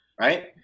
Right